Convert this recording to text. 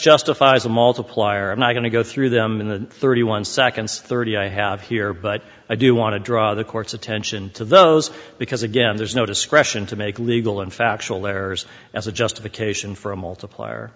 justifies a multiplier i'm not going to go through them in the thirty one seconds thirty i have here but i do want to draw the court's attention to those because again there's no discretion to make legal and factual errors as a justification for a multiplier